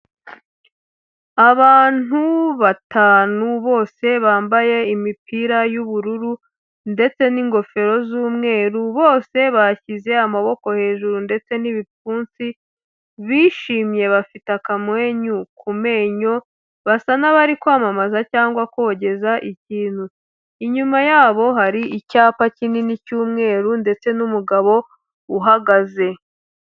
Abantu batanu bose bambaye imipira y'ubururu ndetse n'ingofero z'umweru, bose bashyize amaboko hejuru ndetse n'ibipfunsi, bishimye bafite akamwenyu ku menyo, basa n'abari kwamamaza cyangwa kogeza ikintu, inyuma yabo hari icyapa kinini cy'umweru ndetse n'umugabo uhagaze.